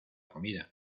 comida